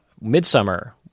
Midsummer